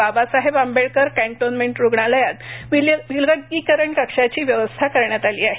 Babasaheb Ambedkar cantonment रुग्णालयात विलगीकरण कक्षाची व्यवस्था करण्यात आली आहे